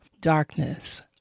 darkness